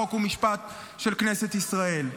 חוק ומשפט של כנסת ישראל.